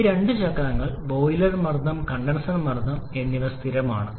ഈ രണ്ട് ചക്രങ്ങളിൽ ബോയിലർ മർദ്ദം കണ്ടൻസർ മർദ്ദം എന്നിവ സ്ഥിരമാണ്